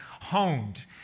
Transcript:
honed